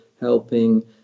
helping